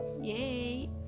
Yay